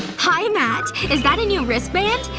hi matt. is that a new wristband?